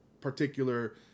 particular